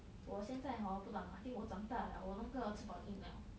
我现在 hor 不懂 I think 我长大 liao 我那个翅膀硬 liao